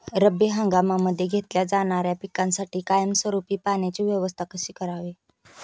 रब्बी हंगामामध्ये घेतल्या जाणाऱ्या पिकांसाठी कायमस्वरूपी पाण्याची व्यवस्था कशी करावी?